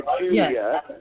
Julia